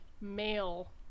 male